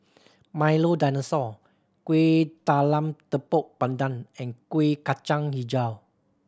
Milo Dinosaur Kueh Talam Tepong Pandan and Kuih Kacang Hijau